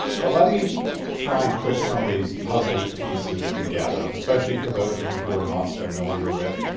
but let me try and put some of these puzzle pieces together, especially for those of you who are not familiar with